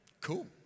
Cool